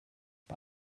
bei